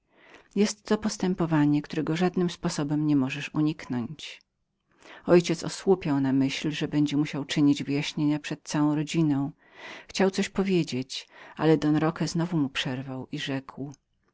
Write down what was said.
zwłoki jestto postępowanie którego żadnym sposobem nie możesz uniknąć mój ojciec osłupiał na myśl że będzie musiał odpowiadać przed całą rodziną chciał coś powiedzieć ale don roque znowu mu przerwał i rzekł